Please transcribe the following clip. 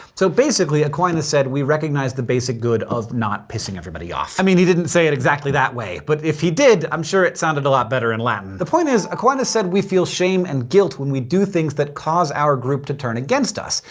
so, basically, aquinas said we recognize the basic good of not pissing everybody off. i mean, he didn't actually say it that way. but if he did, i'm sure it sounded a lot better in latin. the point is, aquinas said we feel shame and guilt when we do things that cause our group to turn against us,